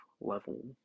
level